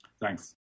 Thanks